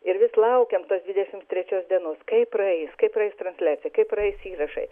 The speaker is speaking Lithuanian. ir vis laukėm tos dvidešims trečios dienos kaip praeis kaip praeis transliacija kaip praeis įrašai